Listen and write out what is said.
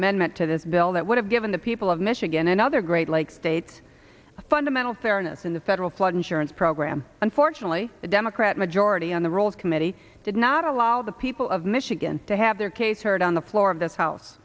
amendment to this bill that would have given the people of michigan and other great lakes states a fundamental fairness in the federal flood insurance program unfortunately the democrat majority on the rules committee did not allow the people of michigan to have their case heard on the floor of this house